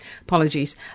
apologies